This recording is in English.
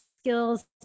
Skills